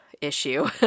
issue